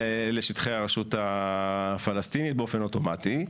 לשטחי הרשות הפלסטינית באופן אוטומטי.